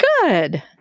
good